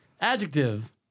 Adjective